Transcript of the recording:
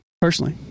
personally